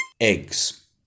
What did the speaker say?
eggs